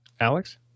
Alex